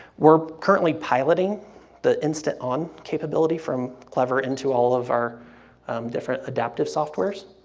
we're currently piloting the instant on capability from clever into all of our different adaptive softwares,